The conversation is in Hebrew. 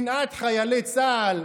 שנאת חיילי צה"ל,